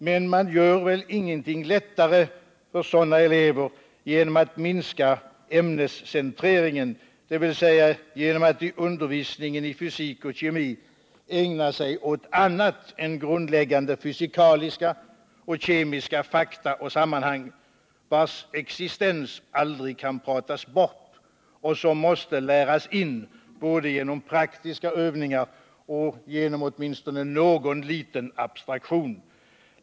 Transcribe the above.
Men man gör ingenting lättare för sådana elever genom att minska ämnescentreringen, dvs. genom att i undervisningen i fysik och kemi ägna sig åt annat än grundläggande fysikaliska och kemiska fakta och sammanhang, vars existens aldrig kan pratas bort och som måste läras in både genom praktiska övningar och genom åtminstone någon liten abstraktion.